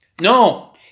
No